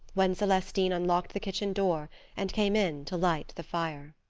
when celestine unlocked the kitchen door and came in to light the fire.